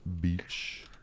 Beach